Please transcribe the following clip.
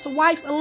wife